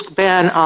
ban